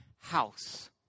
house